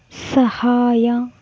ಸಹಾಯ